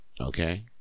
Okay